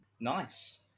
Nice